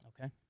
Okay